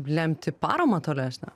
lemti paramą tolesnę